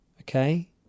Okay